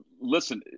listen